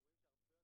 אתה מפספס את הרוב,